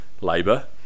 labour